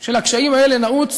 של הקשיים האלה נעוץ